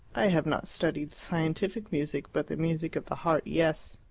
i have not studied scientific music, but the music of the heart, yes.